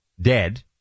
dead